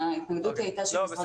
ההתנגדות הייתה של משרד הבריאות.